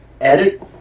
edit